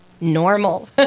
normal